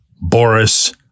Boris